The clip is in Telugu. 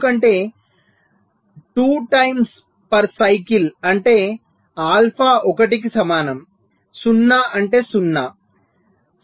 ఎందుకంటే 2 టైమ్స్ పర్ సైకిల్ అంటే ఆల్ఫా 1 కి సమానం 0 అంటే 0